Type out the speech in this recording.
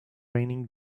raining